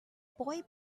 boy